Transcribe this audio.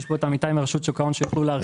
נמצאים פה עמיתיי מרשות שוק ההון שיוכלו להרחיב.